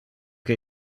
que